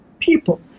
People